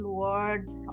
words